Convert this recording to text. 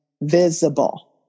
visible